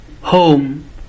Home